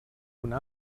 una